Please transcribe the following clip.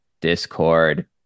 Discord